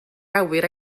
awyr